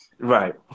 Right